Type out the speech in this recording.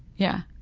yeah.